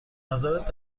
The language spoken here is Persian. نظرت